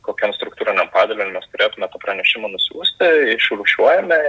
kokiam struktūriniam padaliniui mes turėtume tą pranešimą nusiųsti išrūšiuojame